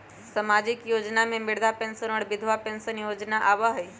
सामाजिक योजना में वृद्धा पेंसन और विधवा पेंसन योजना आबह ई?